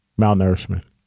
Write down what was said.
Malnourishment